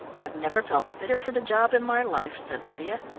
i never felt fitter for the job in my life, said lydia,